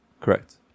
Correct